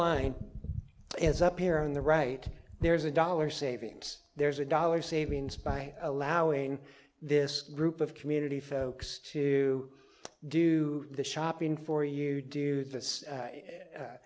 line is up here on the right there is a dollar savings there's a dollar savings by allowing this group of community folks to do the shopping for you do th